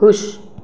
खु़शि